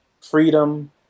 freedom